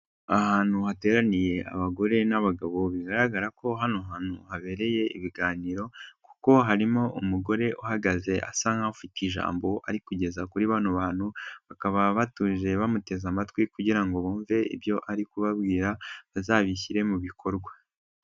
Ahantu hateraniye abagore n'abagabo bigaragara ko hano hantu habereye ibiganiro, kuko harimo umugore uhagaze asa nk'ufite ijambo ariko kugeza kuri bano bantu, bakaba batuje bamuteze amatwi kugira ngo bumve ibyo ari kubabwira, bazabishyire mu bikorwa.